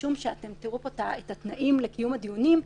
תראו פה את התנאים לקיום הדיונים,